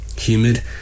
Humid